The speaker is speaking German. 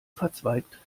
verzweigt